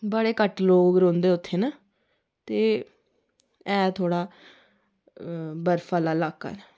बड़े घट्ट लोग रौंह्दे न उत्थै ते एह् थोह्डा बर्फ आह्ला लाका ऐ